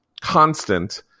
constant